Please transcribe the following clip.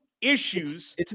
issues